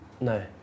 No